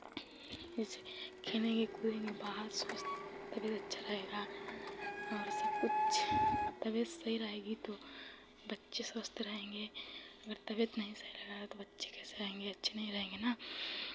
जैसे खेलेंगे कूदेंगे बाहर स्वस्थ तबियत अच्छा रहेगा और सब कुछ तबियत सही रहेगी तो बच्चे स्वस्थ रहेंगे अगर तबियत नहीं सही रहेगा तो बच्चे कैसे रहेंगे अच्छे नहीं रहेंगे ना